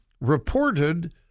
reported